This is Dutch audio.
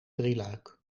drieluik